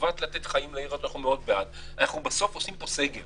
ולטובת לתת חיים לעיר הזאת ואנחנו מאוד בעד אנחנו בסוף עושים סגר